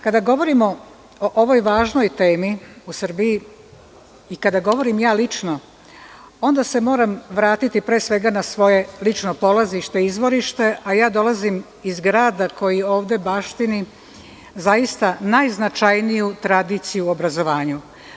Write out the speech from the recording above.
Kada govorimo o ovoj važnoj temi u Srbiji i kada govorim ja lično onda se moram vratiti pre svega na svoje lično polazište i izvorište, a ja dolazim iz grada koji ovde baštini zaista najznačajniju tradiciju u obrazovanju.